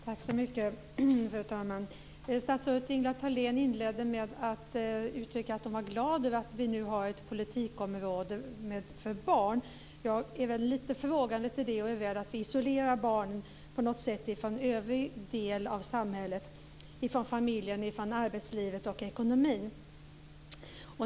Fru talman! Statsrådet Ingela Thalén inledde med att framhålla att hon var glad över att vi nu har ett politikområde för barn. Jag är lite frågande till det. Jag är rädd för att detta på något sätt isolerar barnen från det övriga samhället - från familjen, från arbetslivet och från ekonomin.